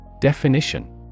Definition